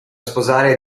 sposare